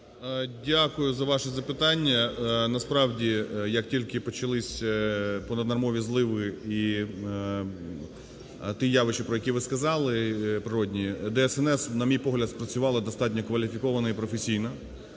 Дякую за ваше запитання. Насправді, як тільки почались понаднормові зливи і ті явища, про які ви сказали, природні, ДСНС, на мій погляд, спрацювала достатньо кваліфіковано і професійно.